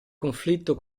conflitto